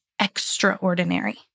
extraordinary